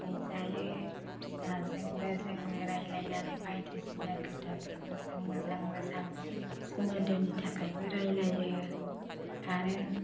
रंजायो फिसाजोंबो जोङो रायलायनानै बायदिसिना खोथाफोरखौ जों मोजां मोजां सोमोन्दोनि थाखायबो रायलायो आरो